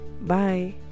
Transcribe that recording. bye